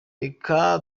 reka